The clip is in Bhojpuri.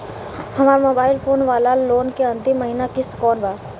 हमार मोबाइल फोन वाला लोन के अंतिम महिना किश्त कौन बा?